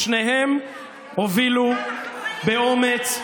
ששניהם הובילו באומץ,